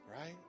Right